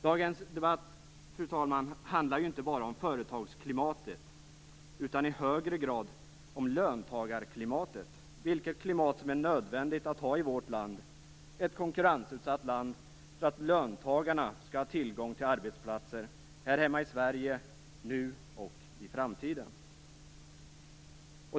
Dagens debatt, fru talman, handlar inte bara om företagsklimatet utan i högre grad om löntagarklimatet, dvs. vilket klimat som är nödvändigt att ha i vårt land - ett konkurrensutsatt land - för att löntagarna skall ha tillgång till arbetsplatser här hemma i Sverige nu och i framtiden.